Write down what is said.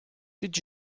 did